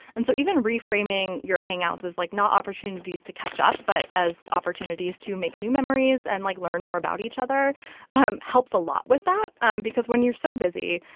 and so even reframing your hangouts as, like, not opportunities to catch up but as opportunities to make new memories and, like, learn more about each other um helps a lot with that because when you're so busy,